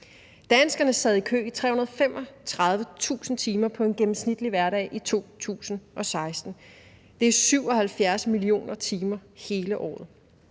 Danskerne sad i kø i 335.000 timer på en gennemsnitlig hverdag i 2016. Det er 77 millioner timer hele året.